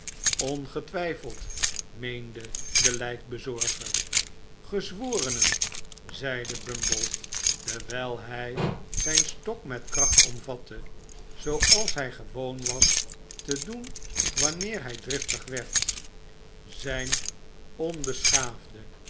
ongetwijfeld meende de lijkbezorger gezworenen zeide bumble terwijl hij zijn stok met kracht omvatte zooals hij gewoon was te doen wanneer hij driftig werd zijn onbeschaafde